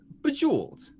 bejeweled